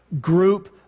group